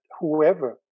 whoever